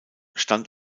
stand